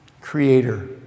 creator